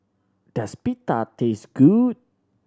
does Pita taste good